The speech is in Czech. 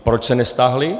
Proč se nestáhly?